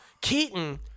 Keaton